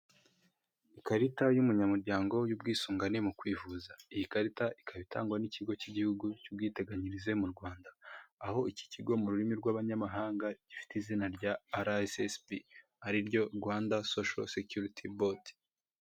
Ikarita y'umunyamuryango y'ubwisungane mu kwivuza, iyi karita ikaba itangwa n'ikigo cy'igihugu cy'ubwiteganyirize mu Rwanda. Aho iki kigo mu rurimi rw'abanyamahanga gifite izina rya RSSB ari ryo rwanda sosho seculiti bodi.